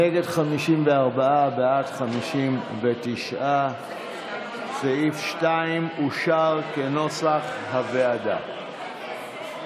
נגד 54, בעד, 59. סעיף 2 אושר כנוסח הוועדה.